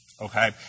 Okay